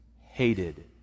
hated